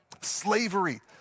Slavery